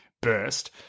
burst